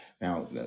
Now